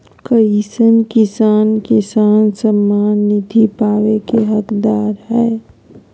कईसन किसान किसान सम्मान निधि पावे के हकदार हय?